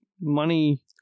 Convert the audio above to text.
money